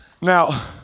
Now